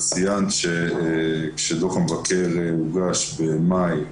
ציינת שדוח המבקר הוגש במאי.